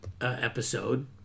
episode